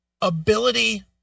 ability